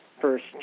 first